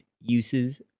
uses